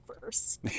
first